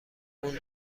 اون